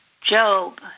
Job